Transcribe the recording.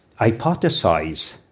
hypothesize